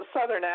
southern